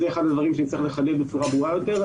בדרך כלל דברים שנצטרך לחדד בצורה ברורה יותר,